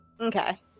Okay